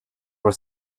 was